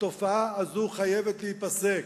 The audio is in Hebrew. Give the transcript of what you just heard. התופעה הזו חייבת להיפסק.